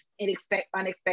unexpected